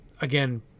Again